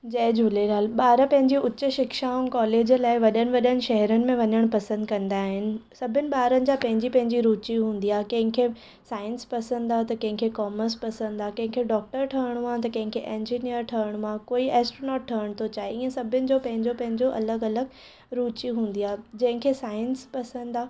जय झूलेलाल ॿार पंहिंजे उच्च शिक्षा ऐं कॉलेज लाइ वॾनि वॾनि शहरनि में वञणु पसंदि कंदा आहिनि सभिनि ॿारनि जा पंहिंजी पंहिंजी रुची हूंदी आहे कंहिंखे साइंस पसंदि आहे कंहिंखे कॉमर्स पसंदि आहे कंहिंखे डॉक्टर ठहणो आहे त कंहिंखे इंजीनिअर ठहणो आहे कोई एस्ट्रॉनॉट ठहणु थो चाहे ईअं सभिनि जो पंहिंजो पंहिंजो अलॻि अलॻि रुची हूंदी आहे जंहिंखे साइंस पसंदि आहे